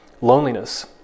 loneliness